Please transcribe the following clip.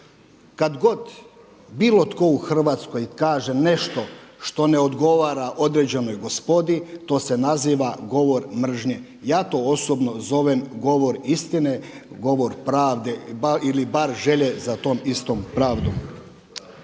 Kada god bilo tko u Hrvatskoj kaže nešto što ne odgovara određenoj gospodi, to se naziva govor mržnje. Ja to osobno zovem govor istine, govor pravde ili bar želje za tom istom pravdom.